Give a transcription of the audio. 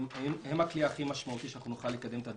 הם הכלי הכי משמעותי שנוכל לקדם את הדברים.